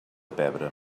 pebre